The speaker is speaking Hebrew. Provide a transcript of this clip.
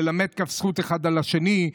ללמד כאן אחד זכות על השני,